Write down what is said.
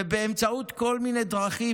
ובכל מיני דרכים,